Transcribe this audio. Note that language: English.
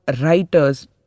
writers